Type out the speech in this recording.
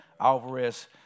Alvarez